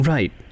Right